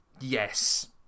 yes